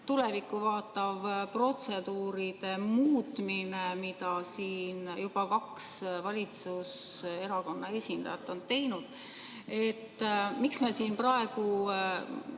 tulevikku vaadates protseduuride muutmiseks, mida siin juba kaks valitsuserakonna esindajat on teinud. Miks me siin praegu